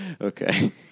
okay